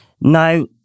Now